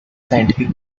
scientific